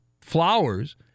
flowers